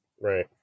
Right